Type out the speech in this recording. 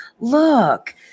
Look